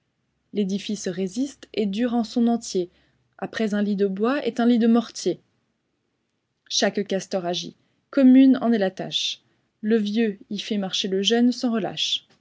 l'édifice résiste et dure en son entier après un lit de bois et un lit de mortier chaque castor agit commune en est la tâche le vieux y fait marcher le jeune sans relâche